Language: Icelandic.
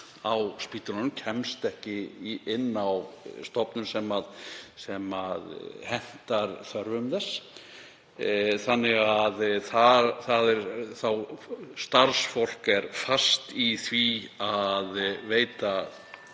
á spítölunum, kemst ekki inn á stofnun sem hentar þörfum þess þannig að starfsfólk er fast í því að veita